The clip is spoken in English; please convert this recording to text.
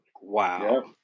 wow